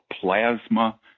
plasma